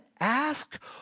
ask